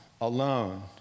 alone